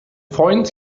freund